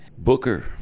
Booker